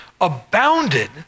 abounded